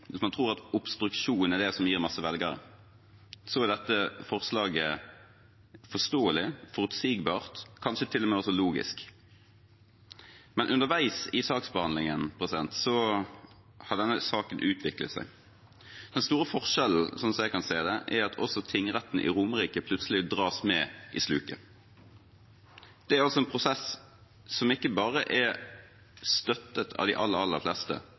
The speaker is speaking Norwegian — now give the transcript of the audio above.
hvis man tror at obstruksjon er det som gir mange velgere, er dette forslaget forståelig, forutsigbart og kanskje til og med også logisk. Men underveis i saksbehandlingen har denne saken utviklet seg. Den store forskjellen sånn jeg kan se det, er at også tingrettene på Romerike plutselig dras med i sluket. Det er altså en prosess som ikke bare er støttet av de aller fleste,